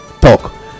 talk